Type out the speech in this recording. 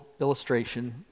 illustration